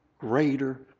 greater